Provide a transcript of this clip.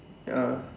ya